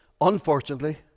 Unfortunately